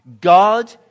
God